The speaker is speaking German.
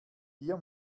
hier